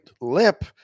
lip